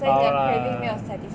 lah